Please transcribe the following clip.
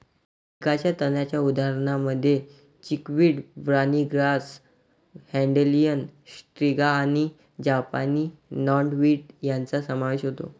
पिकाच्या तणांच्या उदाहरणांमध्ये chickweed, barney grass, dandelion, striga आणि जपानी नॉटवीड यांचा समावेश होतो